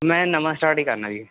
ਮੈਂ ਨਵਾਂ ਸਟਾਰਟ ਕਰਨਾ ਜੀ